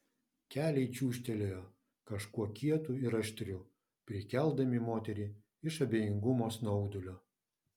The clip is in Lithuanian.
keliai čiūžtelėjo kažkuo kietu ir aštriu prikeldami moterį iš abejingo snaudulio